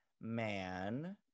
man